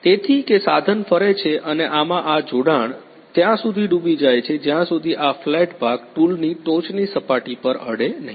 તેથી કે સાધન ફરે છે અને આમાં આ જોડાણ ત્યાં સુધી ડૂબી જાય છે જ્યાં સુધી આ ફ્લેટ ભાગ ટૂલની ટોચની સપાટી પર અડે નહીં